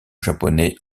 japonais